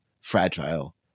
fragile